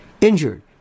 injured